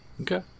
Okay